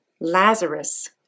Lazarus